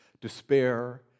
despair